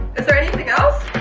is there anything else,